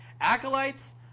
Acolytes